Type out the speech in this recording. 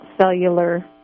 cellular